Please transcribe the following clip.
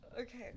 Okay